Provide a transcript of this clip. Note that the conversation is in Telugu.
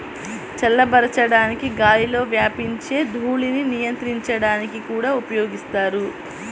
చల్లబరచడానికి గాలిలో వ్యాపించే ధూళిని నియంత్రించడానికి కూడా ఉపయోగిస్తారు